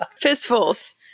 Fistfuls